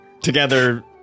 together